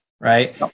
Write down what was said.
right